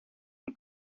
and